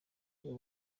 bwo